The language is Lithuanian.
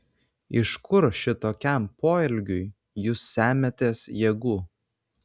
iš kur šitokiam poelgiui jūs semiatės jėgų